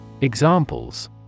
Examples